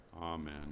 amen